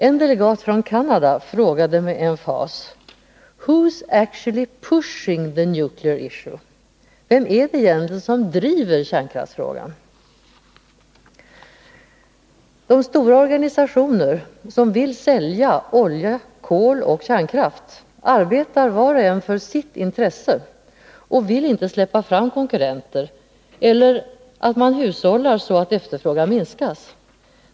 En delegat från Canada frågade med emfas: ”Who”s actually pushing the nuclear issue?” —-” Vem är det egentligen som driver på kärnkraftsfrågan?” De stora organisationer som vill sälja olja, kol och kärnkraft arbetar var och en för sitt intresse och vill inte släppa fram konkurrenter. De vill inte heller att man hushållar så att efterfrågan minskar.